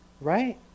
right